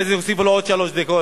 אחרי זה הוסיפו לו עוד שלוש דקות,